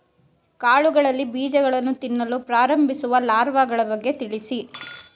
ಕಾಳುಗಳಲ್ಲಿ ಬೀಜಗಳನ್ನು ತಿನ್ನಲು ಪ್ರಾರಂಭಿಸುವ ಲಾರ್ವಗಳ ಬಗ್ಗೆ ತಿಳಿಸಿ?